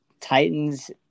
Titans